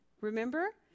Remember